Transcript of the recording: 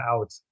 out